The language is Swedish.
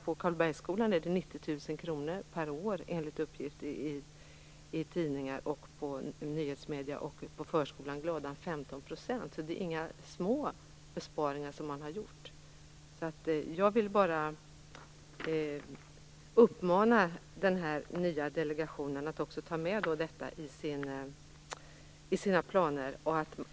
På Karlbergsskolan är det 90 000 kr per år enligt uppgift i tidningar och nyhetsmedier. På förskolan Gladan är det 15 %. Det är alltså inga små besparingar man har gjort. Jag vill uppmana den nya delegationen att ta med detta i sina planer.